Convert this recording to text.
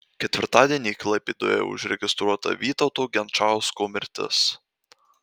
ketvirtadienį klaipėdoje užregistruota vytauto genčausko mirtis